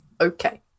Okay